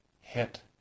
hit